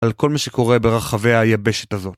על כל מה שקורה ברחבי היבשת הזאת.